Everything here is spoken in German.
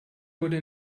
wurde